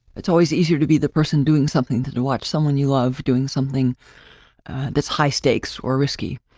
it's always easier to be the person doing something to to watch someone you love doing something that's high stakes or risky.